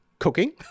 Cooking